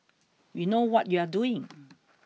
we know what you are doing